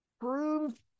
proved